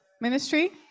ministry